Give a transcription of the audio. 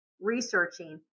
researching